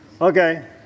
Okay